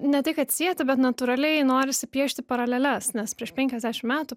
ne tai kad sieti bet natūraliai norisi piešti paraleles nes prieš penkiasdešim metų